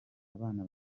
abana